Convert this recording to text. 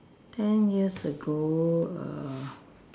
ten years ago err